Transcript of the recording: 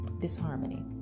disharmony